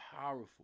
powerful